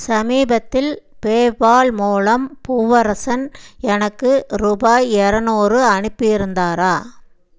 சமீபத்தில் பேபால் மூலம் பூவரசன் எனக்கு ரூபாய் எரநூறு அனுப்பியிருந்தாரா